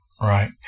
Right